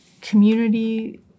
community